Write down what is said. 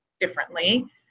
differently